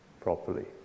properly